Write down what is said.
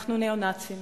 אנחנו ניאו-נאצים.